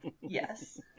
Yes